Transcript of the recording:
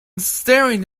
staring